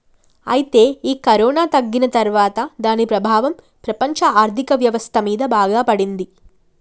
అయితే ఈ కరోనా తగ్గిన తర్వాత దాని ప్రభావం ప్రపంచ ఆర్థిక వ్యవస్థ మీద బాగా పడింది